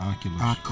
Oculus